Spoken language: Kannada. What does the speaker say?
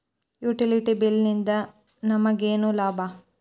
ಯುಟಿಲಿಟಿ ಬಿಲ್ ನಿಂದ್ ನಮಗೇನ ಲಾಭಾ?